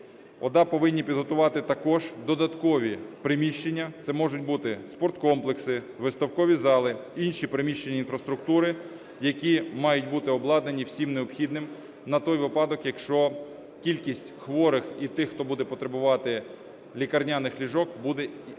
ОДА повинні підготувати також додаткові приміщення. Це можуть бути спорткомплекси, виставкові зали, інші приміщення інфраструктури, які мають бути обладнані всім необхідним на той випадок, якщо кількість хворих і тих, хто буде потребувати лікарняних ліжок, буде і